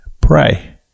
pray